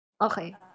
Okay